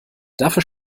dafür